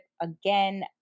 again